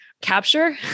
capture